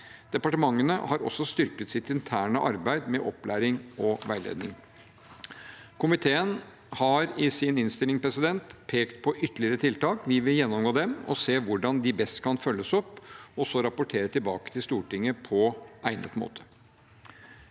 Departementene har også styrket sitt interne arbeid med opplæring og veiledning. Komiteen har i sin innstilling pekt på ytterligere tiltak. Vi vil gjennomgå dem og se hvordan de best kan følges opp, og så rapportere tilbake til Stortinget på egnet måte.